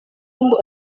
ngo